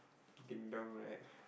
ding-dong right